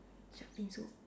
shark fin soup